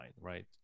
right